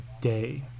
day